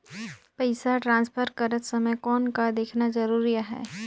पइसा ट्रांसफर करत समय कौन का देखना ज़रूरी आहे?